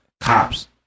cops